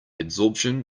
absorption